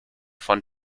von